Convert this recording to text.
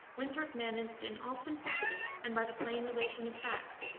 winthrop managed in all simplicity, and by the plain relation of facts,